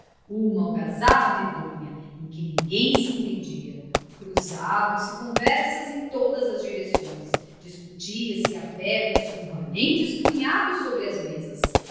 uma algazarra medonha em que ninguém se entendia cruzavam-se conversas em todas as direções discutia se a berros com valentes punhadas sobre as mesas